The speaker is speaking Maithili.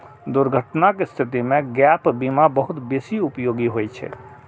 दुर्घटनाक स्थिति मे गैप बीमा बहुत बेसी उपयोगी होइ छै